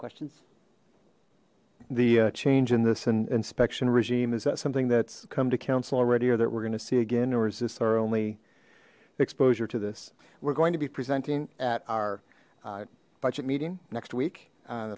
questions the change in this and inspection regime is that something that's come to council already or that we're gonna see again or is this our only exposure to this we're going to be presenting at our budget meeting next week